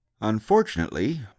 Unfortunately